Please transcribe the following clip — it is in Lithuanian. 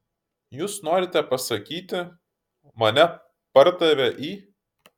jūs norite pasakyti mane pardavė į